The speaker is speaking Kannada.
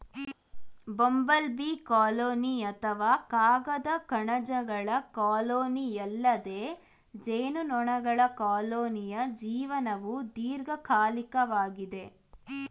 ಬಂಬಲ್ ಬೀ ಕಾಲೋನಿ ಅಥವಾ ಕಾಗದ ಕಣಜಗಳ ಕಾಲೋನಿಯಲ್ಲದೆ ಜೇನುನೊಣಗಳ ಕಾಲೋನಿಯ ಜೀವನವು ದೀರ್ಘಕಾಲಿಕವಾಗಿದೆ